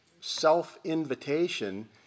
self-invitation